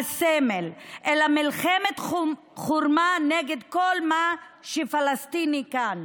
הסמל, אלא מלחמת חורמה נגד כל מה שפלסטין היא כאן,